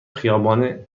خیابان